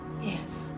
Yes